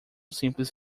simples